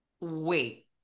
wait